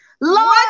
Lord